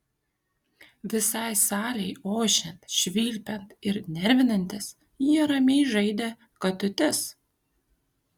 visai salei ošiant švilpiant ir nervinantis jie ramiai žaidė katutes